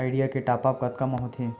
Idea के top आप कतका म होथे?